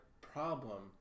problem